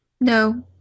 No